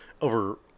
over